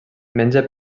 menja